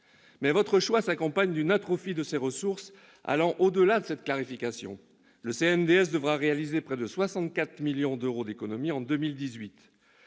votre choix s'accompagne d'une atrophie de ses ressources allant au-delà de cette clarification. Le CNDS devra réaliser près de 64 millions d'euros d'économies en 2018.